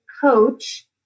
coach